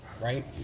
right